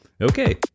okay